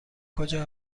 کجا